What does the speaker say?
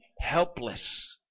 helpless